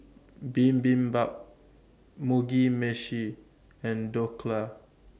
Bibimbap Mugi Meshi and Dhokla